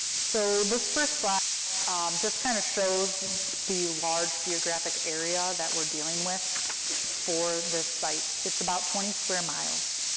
so this first slide just kind of shows the large geographic area that we're dealing with for this site, it's about twenty square miles.